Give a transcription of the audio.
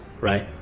right